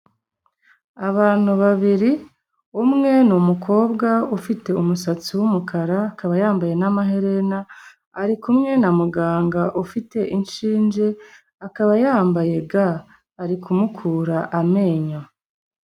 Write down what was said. Abantu babiri, umwe ni umukobwa ufite umusatsi w'umukara, akaba yambaye n'amaherena, ari kumwe na muganga ufite inshinge, akaba yambaye ga. Ari kumukura amenyo.